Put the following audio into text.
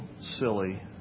silly